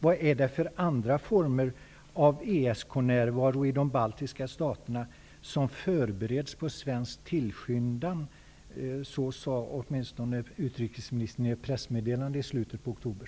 Vilka andra former av ESK-närvaro i de baltiska staterna förbereds på svensk tillskyndan? Utrikesministern talade åtminstone om sådana i ett pressmeddelande i slutet av oktober.